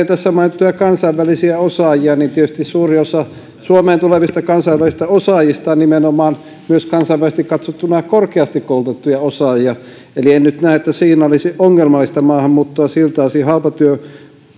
tässä mainittuja kansainvälisiä osaajia niin tietysti suurin osa suomeen tulevista kansainvälisistä osaajista on nimenomaan myös kansainvälisesti katsottuna korkeasti koulutettuja osaajia eli en nyt näe että siinä olisi ongelmallista maahanmuuttoa siltä osin halpatyövoima